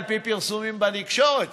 על פי פרסומים בתקשורת,